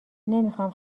نمیخام